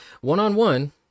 One-on-one